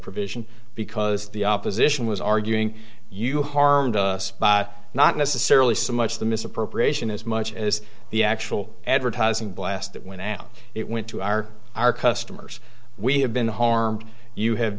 provision because the opposition was arguing you harmed us by not necessarily so much the misappropriation as much as the actual advertising blast that went out it went to our our customers we have been harmed you have